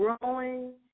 growing